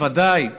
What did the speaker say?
בוודאי,